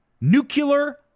nuclear